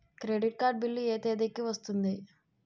Credit card bill ఎ తేదీ కి వస్తుంది?